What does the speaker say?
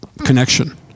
connection